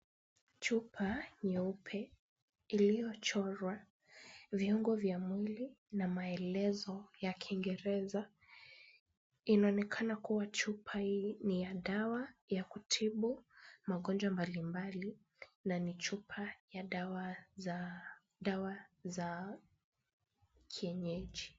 Chupa nyeupe iliyochorwa viungo vya mwili na maelezo ya kingereza, inaonekana kuwa chupa hii ni ya dawa ya kutibu magonjwa mbalimbali na ni chupa ya dawa za kienyeji.